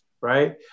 right